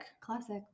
Classic